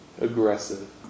aggressive